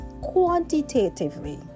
quantitatively